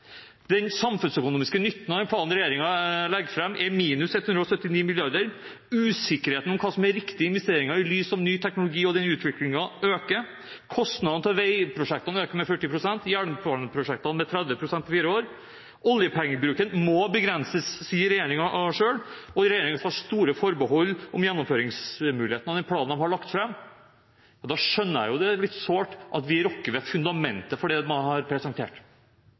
den planen regjeringen legger fram, er minus 179 mrd. kr. Usikkerheten om hva som er riktige investeringer, i lys av ny teknologi og den utviklingen, øker. Kostnadene til veiprosjektene øker med 40 pst. og jernbaneprosjektene med 30 pst. på fire år. Oljepengebruken må begrenses, sier regjeringen selv, og regjeringen tar store forbehold om gjennomføringsmuligheten av den planen den har lagt fram. Da skjønner jeg at det er litt sårt at vi rokker ved fundamentet for det man har presentert,